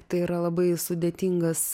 tai yra labai sudėtingas